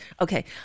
okay